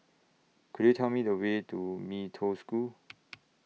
Could YOU Tell Me The Way to Mee Toh School